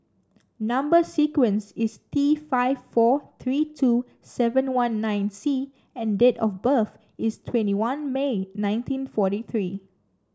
number sequence is T five four three two seven one nine C and date of birth is twenty one May nineteen forty three